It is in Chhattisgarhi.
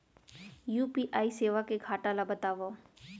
यू.पी.आई सेवा के घाटा ल बतावव?